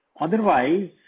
Otherwise